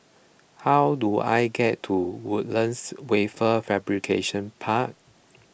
how do I get to Woodlands Wafer Fabrication Park